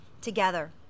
together